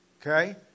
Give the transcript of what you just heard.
okay